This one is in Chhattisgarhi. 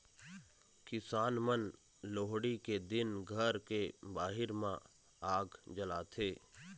किसान मन लोहड़ी के दिन घर के बाहिर म आग जलाथे